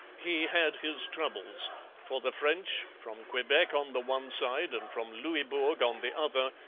he had his troubles for the french, from quebec on the one side and from louisbourg on the other,